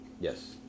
Yes